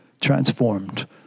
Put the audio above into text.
transformed